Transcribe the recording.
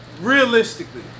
realistically